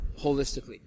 holistically